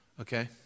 Okay